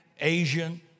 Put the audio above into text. Asian